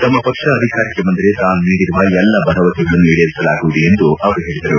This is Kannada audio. ತಮ್ಮ ಪಕ್ಷ ಅಧಿಕಾರಕ್ಕೆ ಬಂದರೆ ತಾನು ನೀಡಿರುವ ಎಲ್ಲಾ ಭರವಸೆಗಳನ್ನು ಈಡೇರಿಸಲಾಗುವುದು ಎಂದು ಅವರು ಪೇಳಿದರು